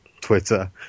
Twitter